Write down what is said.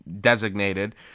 designated